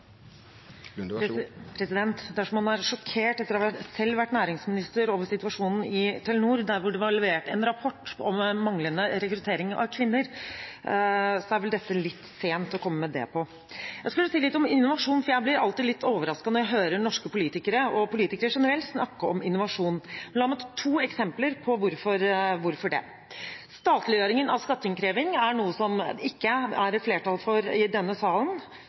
sjokkert – etter selv å ha vært næringsminister – over situasjonen i Telenor, der det var levert en rapport om manglende rekruttering av kvinner, er det vel litt sent å komme med det. Jeg skulle si litt om innovasjon, for jeg blir alltid litt overrasket når jeg hører norske politikere, og politikere generelt, snakke om innovasjon. La meg ta to eksempler på hvorfor. Statliggjøringen av skatteinnkreving er noe som det ikke er flertall for i denne